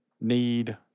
need